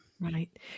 Right